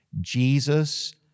Jesus